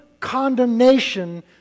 condemnation